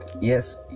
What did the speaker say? yes